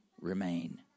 remain